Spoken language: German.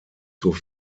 zur